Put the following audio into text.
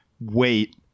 Wait